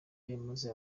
yamaze